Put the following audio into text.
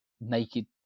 naked